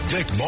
Dick